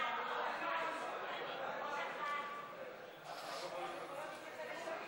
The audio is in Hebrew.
לוועדה את הצעת חוק לימוד חובה (תיקון,